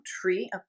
tree